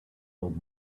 old